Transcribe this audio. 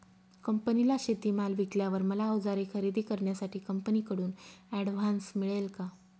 कंपनीला शेतीमाल विकल्यावर मला औजारे खरेदी करण्यासाठी कंपनीकडून ऍडव्हान्स मिळेल का?